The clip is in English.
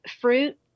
fruit